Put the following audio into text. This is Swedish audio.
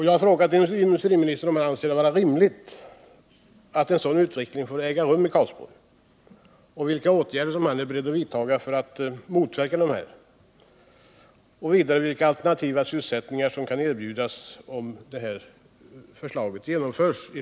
Jag har frågat industriministern om han anser det rimligt att en sådan utveckling får äga rum i Karlsborg och vilka åtgärder han är beredd att vidta för att motverka den. Vidare har jag frågat vilka alternativa sysselsättningar som kan erbjudas om företagsledningens förslag genomförs.